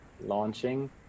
launching